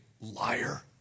liar